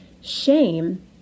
Shame